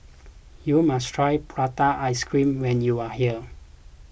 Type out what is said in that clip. you must try Prata Ice Cream when you are here